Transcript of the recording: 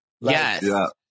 yes